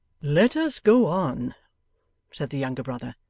let us go on said the younger brother,